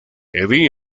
eddy